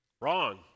Wrong